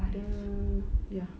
the ya